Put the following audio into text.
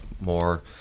more